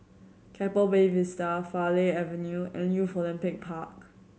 Keppel Bay Vista Farleigh Avenue and Youth Olympic Park